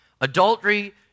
adultery